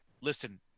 listen